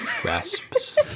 grasps